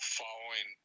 following